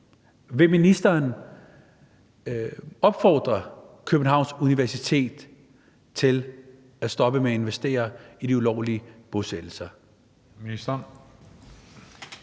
Vil ministeren opfordre Københavns Universitet til at stoppe med at investere i de ulovlige bosættelser?